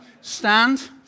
stand